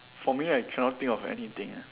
for me I cannot think of anything eh